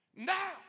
now